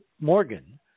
Morgan